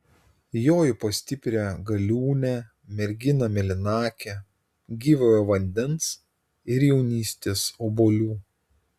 joju pas stiprią galiūnę merginą mėlynakę gyvojo vandens ir jaunystės obuolių